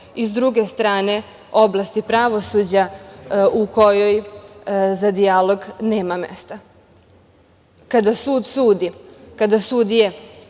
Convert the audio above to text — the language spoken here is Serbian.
i s druge strane oblasti pravosuđa u kojoj za dijalog nema mesta. Kada sud sudi, kada sudije